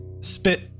Spit